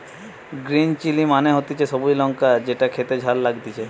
green chilli মানে হতিছে সবুজ লঙ্কা যেটো খেতে ঝাল লাগতিছে